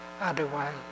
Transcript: Otherwise